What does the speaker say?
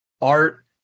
art